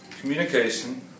communication